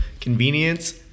convenience